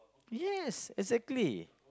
yes exactly